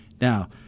Now